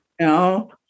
No